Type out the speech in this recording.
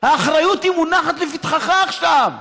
האחריות מונחת לפתחך עכשיו.